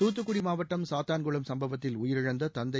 தூத்துக்குடி மாவட்டம் சாத்தான்குளம் சும்பவத்தில் உயிரிழந்த தந்தை